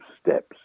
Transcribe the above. steps